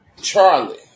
Charlie